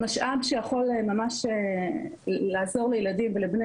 המשאב שיכול ממש לעזור לילדים ולבני